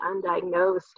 undiagnosed